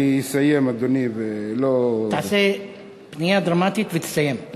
אני אסיים, אדוני, ולא, תעשה פנייה דרמטית ותסיים.